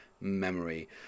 memory